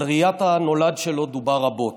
על ראיית הנולד שלו דובר רבות.